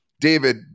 David